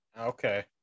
Okay